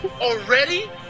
Already